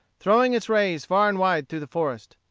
throwing its rays far and wide through the forest.